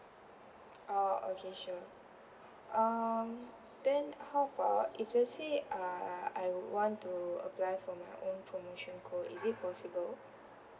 ah okay sure um then how about if let's say uh I would want to apply for my own promotion code is it possible